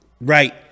right